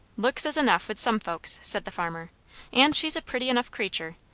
looks is enough, with some folks, said the farmer and she's a pretty enough creatur',